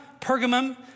Pergamum